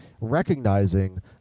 recognizing